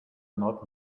not